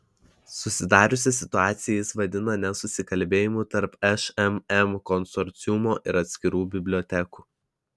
susidariusią situaciją jis vadina nesusikalbėjimu tarp šmm konsorciumo ir atskirų bibliotekų